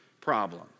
problem